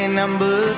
number